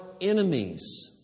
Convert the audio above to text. enemies